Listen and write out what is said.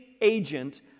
agent